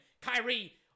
Kyrie